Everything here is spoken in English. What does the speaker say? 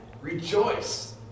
Rejoice